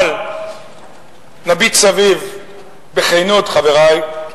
אבל נביט סביב בכנות, חברי.